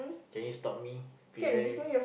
can you stop me prevent me